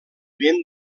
ben